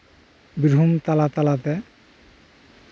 ᱵᱤᱨᱵᱷᱩᱢ ᱛᱟᱞᱟ ᱛᱟᱞᱟᱛᱮ